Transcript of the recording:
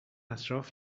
اطراف